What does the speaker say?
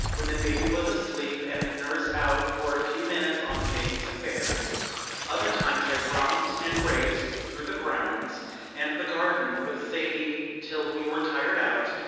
when the baby was asleep and the nurse out for a few minutes on the baby's affairs other times i romped and raced through the grounds and the garden with sadie till we were tired out,